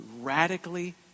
radically